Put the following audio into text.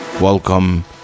welcome